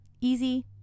easy